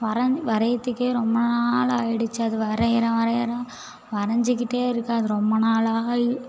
வரஞ் வரைகிறதுக்கே ரொம்ப நாள் ஆகிடுச்சு அது வரைகிறேன் வரைகிறேன் வரைஞ்சிக்கிட்டே இருக்கேன் அது ரொம்ப நாளாகி